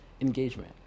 engagement